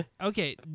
Okay